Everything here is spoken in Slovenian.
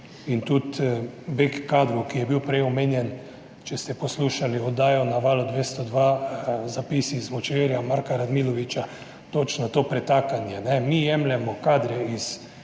Tudi beg kadrov, ki je bil prej omenjen. Če ste poslušali oddajo na Valu 202, Zapisi iz močvirja Marka Radmiloviča, točno to pretakanje. Mi jemljemo kadre iz